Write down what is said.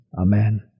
Amen